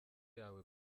yawe